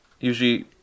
Usually